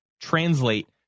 translate